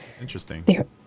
Interesting